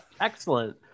Excellent